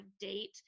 date